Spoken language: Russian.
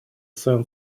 своем